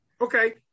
Okay